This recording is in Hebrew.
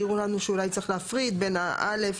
העירו לנו שאולי צריך להפריד בין ה-(א)